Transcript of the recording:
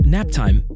Naptime